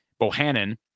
bohannon